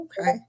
Okay